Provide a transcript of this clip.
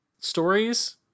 stories